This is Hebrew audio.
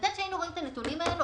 בהינתן שהיינו רואים את הנתונים האלו,